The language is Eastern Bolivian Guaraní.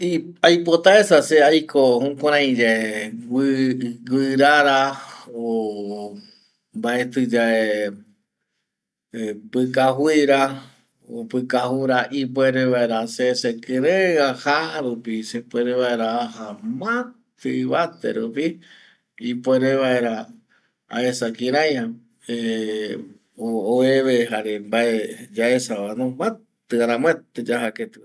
Aipotaesa se aiko jukurai yae guirara o mbaeti yae pikajui ra, pikaju ra ipuere vaera se sekirei aja rupi sepuere vaera aja mati ivate rupi ipuere vaera aesa kiraiva, oveve mbae yaesa va no mati aramoete yaja keti va